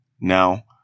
now